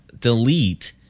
delete